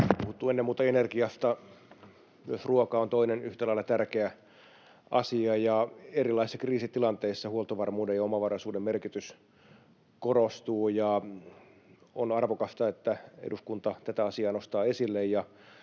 puhuttu ennen muuta energiasta. Myös ruoka on toinen yhtä lailla tärkeä asia, ja erilaisissa kriisitilanteissa huoltovarmuuden ja omavaraisuuden merkitys korostuu. On arvokasta, että eduskunta tätä asiaa nostaa esille,